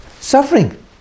suffering